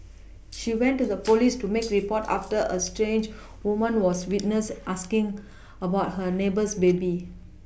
she went to the police to make a report after a strange woman was witnessed asking about her neighbour's baby